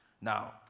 Now